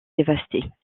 dévastées